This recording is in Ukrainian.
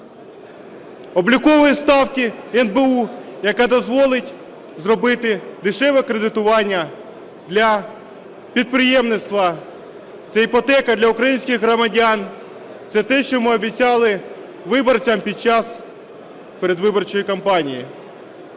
облікової ставки НБУ, яка дозволить зробити дешеве кредитування для підприємництва. Це іпотека для українських громадян, це те, що ми обіцяли виборцям під час передвиборчої кампанії.